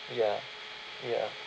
ya ya